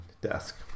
desk